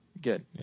Good